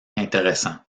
intéressant